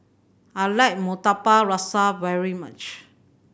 I like Murtabak Rusa very much